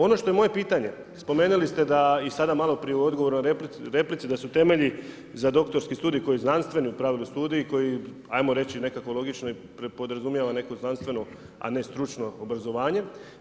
Ono što je moje pitanje, spomenuli ste i sada i maloprije u odgovoru u replici, da su temelji za doktorski studij, koji znanstveno pravni studij, koji, ajmo reći, nekako logično i podrazumijeva, neko znanstveno a ne stručno obrazovanje.